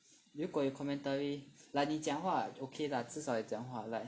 如果有 commentary like 你讲话 okay lah 至少有讲话 like